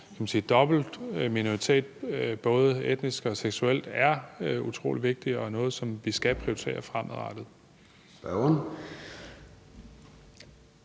dobbelt minoritetsbaggrund – både etnisk og seksuelt – er utrolig vigtig og noget, som vi skal prioritere fremadrettet.